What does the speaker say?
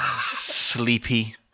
Sleepy